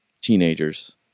teenagers